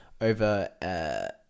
over